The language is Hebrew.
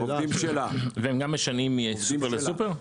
והם גם משנעים מסופר לסופר?